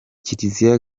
kiliziya